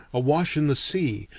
awash in the sea,